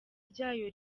ryayo